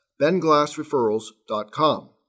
benglassreferrals.com